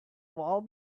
wall